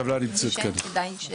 הטבלה נמצאת כאן.